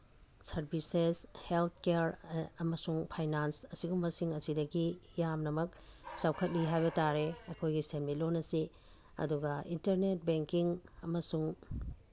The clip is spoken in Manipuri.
ꯁꯔꯚꯤꯁꯦꯁ ꯍꯦꯜꯠ ꯀꯤꯌꯔ ꯑꯃꯁꯨꯡ ꯐꯩꯅꯥꯟꯁ ꯑꯁꯤꯒꯨꯝꯕꯁꯤꯡ ꯑꯁꯤꯗꯒꯤ ꯌꯥꯝꯅꯃꯛ ꯆꯥꯎꯈꯠꯂꯤ ꯍꯥꯏꯕ ꯇꯥꯔꯦ ꯑꯩꯈꯣꯏꯒꯤ ꯁꯦꯟꯃꯤꯠꯂꯣꯜ ꯑꯁꯤ ꯑꯗꯨꯒ ꯏꯟꯇꯔꯅꯦꯠ ꯕꯦꯡꯀꯤꯡ ꯑꯃꯁꯨꯡ